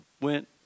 went